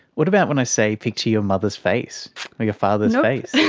what about when i say picture your mother's face or your father's face?